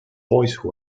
voice